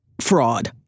fraud